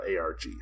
ARG